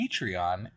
Patreon